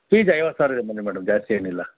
fees ಐವತ್ತು ಸಾವಿರ ಇದೆ ಬನ್ನಿ ಮೇಡಮ್ ಜಾಸ್ತಿ ಏನಿಲ್ಲ